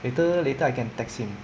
later later I can text him